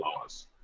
laws